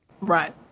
Right